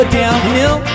downhill